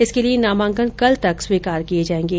इसके लिए नामांकन कल तक स्वीकार किये जायें गें